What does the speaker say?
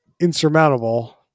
insurmountable